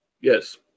Yes